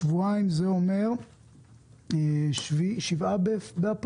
שבועיים זה אומר 7 באפריל,